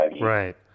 Right